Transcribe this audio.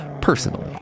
personally